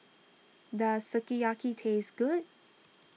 does Sukiyaki taste good